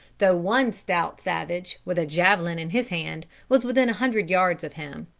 though one stout savage, with a javelin in his hand, was within a hundred yards of him.